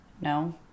No